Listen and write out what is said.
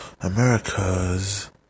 America's